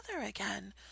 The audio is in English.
again